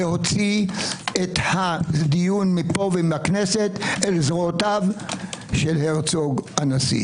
להוציא את הדיון מפה ומהכנסת אל זרועותיו של הרצוג הנשיא.